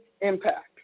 impact